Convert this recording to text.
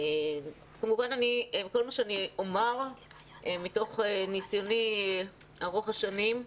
כמובן כל מה שאני אומר הוא מתוך ניסיוני ארוך השנים.